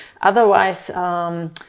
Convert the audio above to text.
otherwise